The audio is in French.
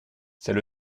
c’est